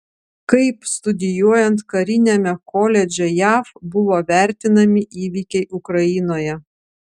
kaip studijuojant kariniame koledže jav buvo vertinami įvykiai ukrainoje